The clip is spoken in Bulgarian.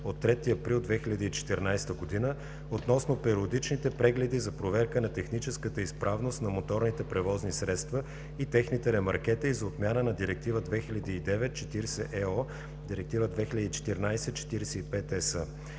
от 3 април 2014 г. относно периодичните прегледи за проверка на техническата изправност на моторните превозни средства и техните ремаркета и за отмяна на Директива 2009/40/ЕО (Директива 2014/45/ЕС).